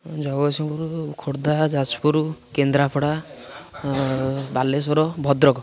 ଜଗତସିଂପରୁ Khordha Jajpur Kendrapara Balasore Bhadrak